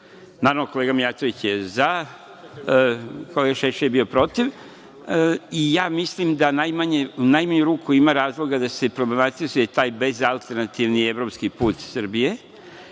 kolega Mijatović je za, kolega Šešelj je bio protiv i ja mislim da u najmanju ruku ima razloga da se problematizuje taj bezalternativni evropski put Srbije,